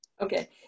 Okay